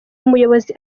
umuyobozi